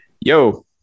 Yo